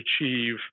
achieve